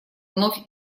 вновь